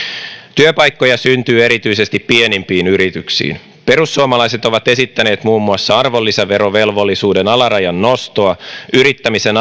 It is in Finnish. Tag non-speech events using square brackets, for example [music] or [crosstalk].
työpaikkoja syntyy erityisesti pienimpiin yrityksiin perussuomalaiset ovat esittäneet muun muassa arvonlisäverovelvollisuuden alarajan nostoa yrittämisen [unintelligible]